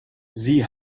sie